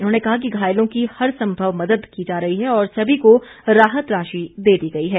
उन्होंने कहा कि घायलों की हर संभव मदद की जा रही है और सभी को राहत राशि दे दी गई है